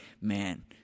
man